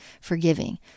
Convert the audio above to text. forgiving